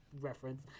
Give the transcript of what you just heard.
reference